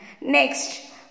Next